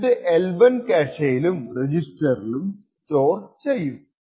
എന്നിട്ട് L1 ക്യാഷെയിലും റെജിസ്റ്ററിലും സ്റ്റോർ ചെയ്യും